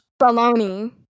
Baloney